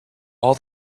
all